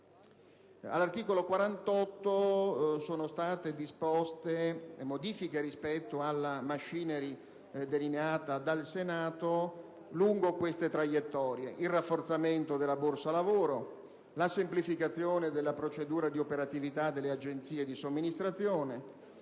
All'articolo 48 sono state disposte modifiche rispetto alla *machinery* delineata dal Senato, lungo queste traiettorie: il rafforzamento della borsa lavoro; la semplificazione della procedura di operatività delle agenzie di somministrazione;